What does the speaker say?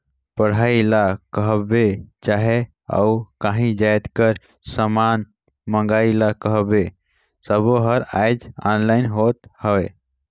पढ़ई ल कहबे चहे अउ काहीं जाएत कर समान मंगई ल कहबे सब्बों हर आएज ऑनलाईन होत हवें